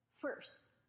first